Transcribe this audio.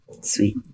Sweet